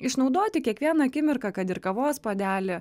išnaudoti kiekvieną akimirką kad ir kavos puodelį